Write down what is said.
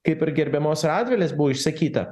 kaip ir gerbiamos radvilės buvo išsakyta